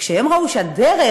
כשהם ראו שהדרך